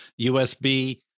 USB